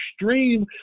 extreme